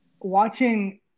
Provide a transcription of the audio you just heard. watching